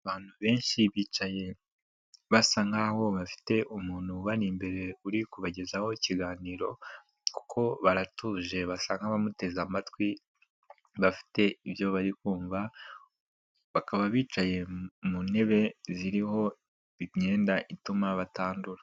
Abantu benshi bicaye basa nk'aho bafite umuntu bari imbere uri kubagezaho ikiganiro kuko baratuje basa nk'abamuteze amatwi, bafite ibyo bari kumva, bakaba bicaye mu ntebe ziriho imyenda ituma batandura.